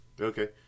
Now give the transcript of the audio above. Okay